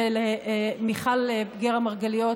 ולמיכל גרא-מרגליות,